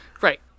right